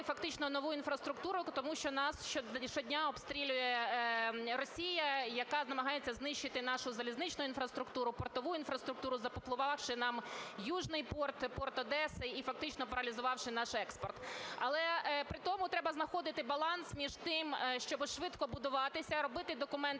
фактично нову інфраструктуру, тому що нас щодня обстрілює Росія, яка намагається знищити нашу залізничну інфраструктуру, портову інфраструктуру, заблокувавши нам Южный порт і порт Одеси і фактично паралізувавши наш експорт. Але при тому треба знаходити баланс між тим, щоб швидко будуватися, робити документи